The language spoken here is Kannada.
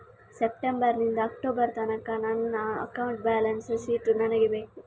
ಸೆಪ್ಟೆಂಬರ್ ನಿಂದ ಅಕ್ಟೋಬರ್ ತನಕ ನನ್ನ ಅಕೌಂಟ್ ಬ್ಯಾಲೆನ್ಸ್ ಶೀಟ್ ನನಗೆ ಬೇಕು